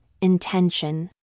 Intention